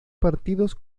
partidos